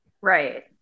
Right